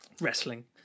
Wrestling